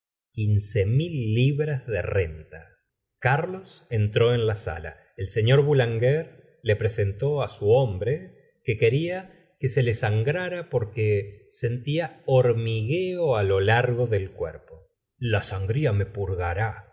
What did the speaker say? quince mil libras de renta carlos entró en la sala el señor boulanger le presentó su hombre que quería que se le sangrara porque sentía hormigueo d lo largo del cuerpo la sangría me purgará